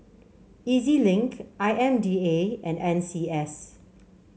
E Z Link I M D A and N C S